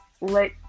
let